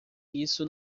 isso